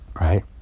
right